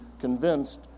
convinced